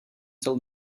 till